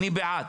אני בעד.